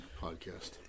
podcast